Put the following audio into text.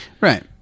Right